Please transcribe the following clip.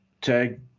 Tag